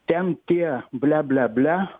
ten tie ble ble ble